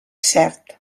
cert